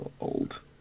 old